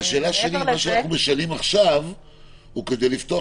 השאלה שלי זה אם אנחנו משנים עכשיו זה כדי לפתוח